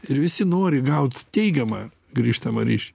ir visi nori gaut teigiamą grįžtamą ryšį